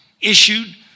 issued